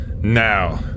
Now